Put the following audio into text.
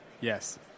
Yes